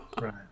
right